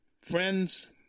Friends